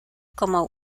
como